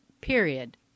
period